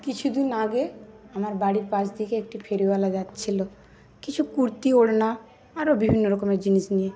কিছুদিন আগে আমার বাড়ির পাশ থেকে একটি ফেরিওয়ালা যাচ্ছিল কিছু কুর্তি ওড়না আরও বিভিন্নরকমের জিনিস নিয়ে